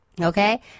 Okay